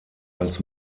als